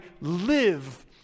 live